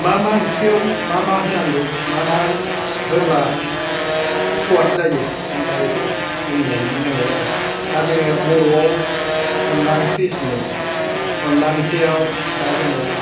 मा मा ओंख्रियाव मा मा होनांगौ मा मा होब्ला स्वाद जायो आं दा बिखौ बुंलांनो नागिरबाय आरो दा जोङो बर'आव अनला ओंख्रि सङो अनला ओंख्रियाव दा जोङो